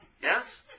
Yes